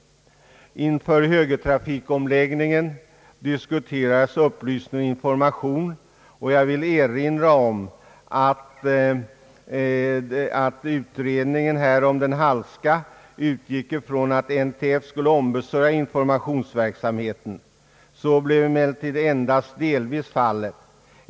Inför högertrafikomläggningen diskuterades upplysning och information ingående, och jag vill erinra om att utredningen beträffande denna fråga — den Hallska — utgick från att NTF skulle ombesörja informationsverksamheten. Så = blev emellertid endast delvis fallet.